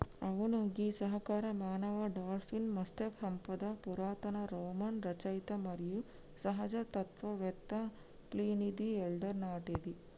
అవును గీ సహకార మానవ డాల్ఫిన్ మత్స్య సంపద పురాతన రోమన్ రచయిత మరియు సహజ తత్వవేత్త ప్లీనీది ఎల్డర్ నాటిది